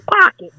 pocket